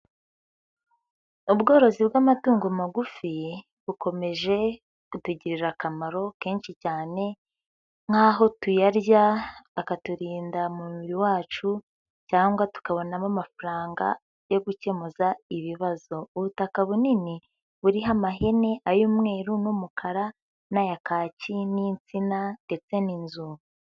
Ubworozi bw'amatungo magufi bukomeje kutugirira akamaro kenshi cyane nk'aho tuyarya akaturinda mu mubiri wacu cyangwa tukabonamo amafaranga yo gukemuza ibibazo, ubutaka bunini buriho amahene, ay'umweru n'umukara n'aya kaki n'insina ndetse n'inzu.